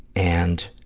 and